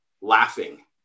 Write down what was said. laughing